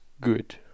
good